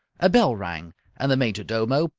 a bell rang and the major-domo,